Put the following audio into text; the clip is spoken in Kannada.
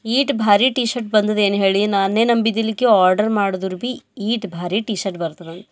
ಈಟ್ ಭಾರಿ ಟೀ ಶರ್ಟ್ ಬಂದದ ಏನು ಹೇಳಿ ನಾನೇ ನಂಬಿದಿಲಕೆ ಆರ್ಡ್ರ್ ಮಾಡಿದ್ರು ಬಿ ಈಟ್ ಭಾರಿ ಟೀ ಶರ್ಟ್ ಬರ್ತದನ